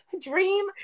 Dream